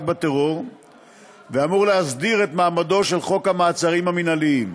בטרור ואמור להסדיר את מעמדו של חוק המעצרים המינהליים.